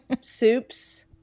soups